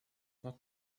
not